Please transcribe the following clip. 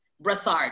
Brassard